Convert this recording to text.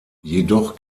jedoch